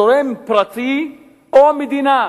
תורם פרטי או מדינה?